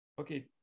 Okay